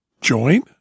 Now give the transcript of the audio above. join